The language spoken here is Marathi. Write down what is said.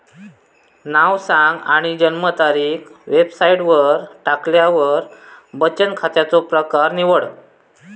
नाव सांग आणि जन्मतारीख वेबसाईटवर टाकल्यार बचन खात्याचो प्रकर निवड